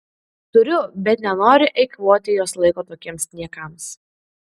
turiu bet nenoriu eikvoti jos laiko tokiems niekams